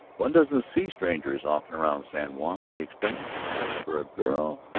one doesn't see strangers often around san juan, he explained. as for a girl.